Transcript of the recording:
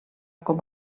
com